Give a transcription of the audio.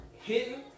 hitting